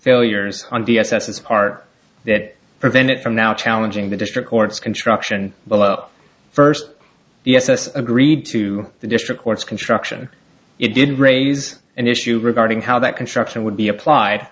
failures on d s s art that prevent it from now challenging the district court's construction below first the s s agreed to the district court's construction it did raise an issue regarding how that construction would be applied